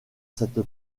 cette